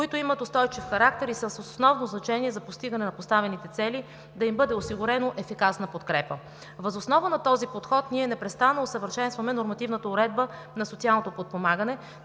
които имат устойчив характер и са с основно значение за постигане на поставените цели, за да им бъде осигурена ефикасна подкрепа. Въз основа на този подход ние непрестанно усъвършенстваме нормативната уредба на социалното подпомагане,